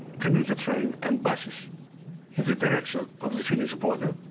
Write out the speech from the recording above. commuter train, and buses in the direction of the finish border.